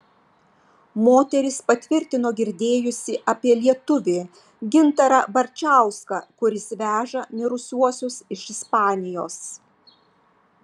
moteris patvirtino girdėjusi apie lietuvį gintarą barčauską kuris veža mirusiuosius iš ispanijos